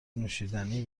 نوشیدنی